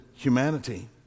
Humanity